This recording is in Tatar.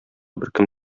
беркем